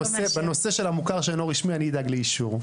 בנושא של המוכר שאינו רשמי אני אדאג לאישור.